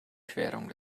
querung